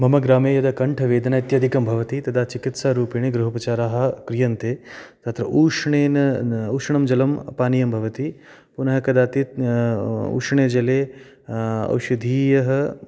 मम ग्रामे यदा कण्ठवेदना इत्यादिकं भवति तदा चिकित्सारूपेण गृहोपचाराः क्रियन्ते तत्र उष्णेन उष्णं जलं पानीयं भवति पुनः कदाचित् उष्णे जले औषधयः